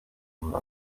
ngo